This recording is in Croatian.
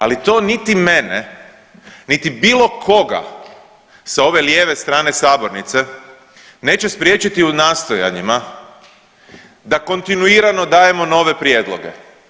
Ali to niti mene niti bilo koga sa ove lijeve strane sabornice neće spriječiti u nastojanjima da kontinuirano dajemo nove prijedloge.